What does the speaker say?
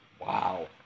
Wow